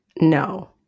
No